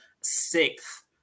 sixth